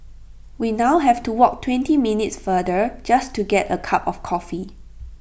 we now have to walk twenty minutes farther just to get A cup of coffee